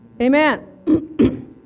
amen